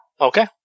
Okay